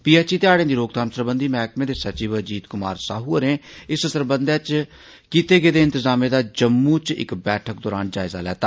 PHE ते हाड़े दी रोकथाम सरबंधी मैहकमे दे सचिव अजीत कुमार साहू होरें इस सरबंधै इच कीते गेदे इंतजामें दा जम्मू इच इक बैठक दौरान जायजा लैता